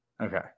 Okay